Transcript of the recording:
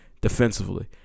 Defensively